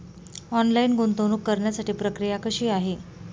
Online गुंतवणूक करण्यासाठी प्रक्रिया कशी आहे?